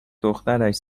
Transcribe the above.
دخترش